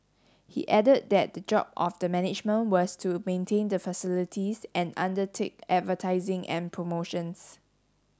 he added that the job of the management was to maintain the facilities and undertake advertising and promotions